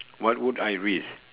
what would I risk